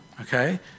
Okay